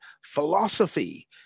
philosophy